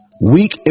weak